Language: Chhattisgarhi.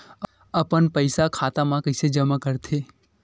अपन पईसा खाता मा कइसे जमा कर थे?